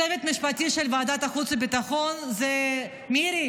הצוות המשפטי של ועדת חוץ וביטחון, מירי,